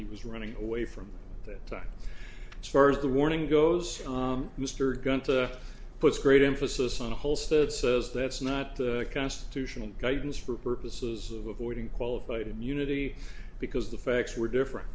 he was running away from that time as far as the warning goes mr gunther put great emphasis on the holes that says that's not the constitution and guidance for purposes of avoiding qualified immunity because the facts were different